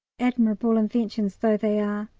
admirable inventions though they are.